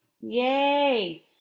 yay